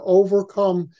overcome